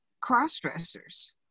cross-dressers